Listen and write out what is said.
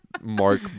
mark